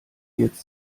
jetzt